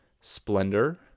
Splendor